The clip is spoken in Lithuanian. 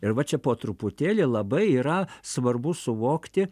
ir va čia po truputėlį labai yra svarbu suvokti